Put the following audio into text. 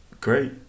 Great